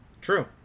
True